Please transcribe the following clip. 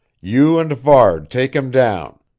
you and varde take him down.